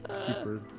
Super